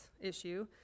issue